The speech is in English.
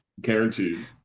Guaranteed